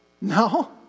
No